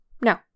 No